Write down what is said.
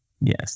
Yes